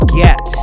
get